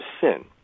sin